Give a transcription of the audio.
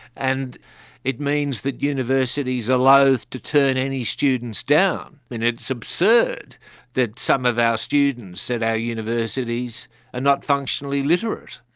and it means that universities are loath to turn any students down. and it is absurd that some of our students at our universities are not functionally literate.